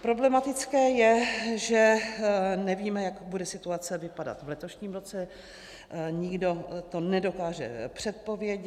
Problematické je, že nevíme, jak bude situace vypadat v letošním roce, nikdo to nedokáže předpovědět.